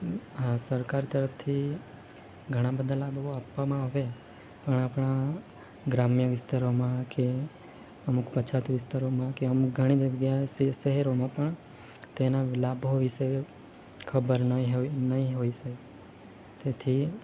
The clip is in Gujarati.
આ સરકાર તરફથી ઘણાબધા લાભો આપવામાં આવે પણ આપણા ગ્રામ્ય વિસ્તારોમાં કે અમુક પછાત વિસ્તારોમાં કે અમુક ઘણી જગ્યાએ સ સ શહેરોમાં પણ તેના લાભો વિષે ખબર નહીં હોય નહીં હોય સે તેથી